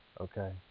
Okay